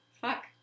Fuck